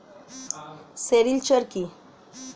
Sericulture কি?